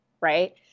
right